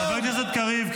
חבר הכנסת קריב.